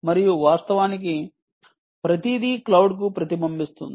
మరియు వాస్తవానికి ప్రతిదీ క్లౌడ్కు ప్రతిబింబిస్తుంది